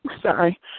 sorry